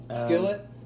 Skillet